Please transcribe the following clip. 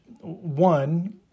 one